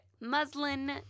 muslin